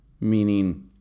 meaning